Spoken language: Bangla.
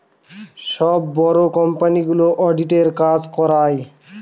সব বড়ো কোম্পানিগুলো অডিটের কাজ করায়